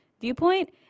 viewpoint